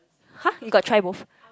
!huh! you got try both